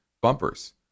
Bumpers